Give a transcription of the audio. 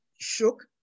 shook